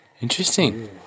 Interesting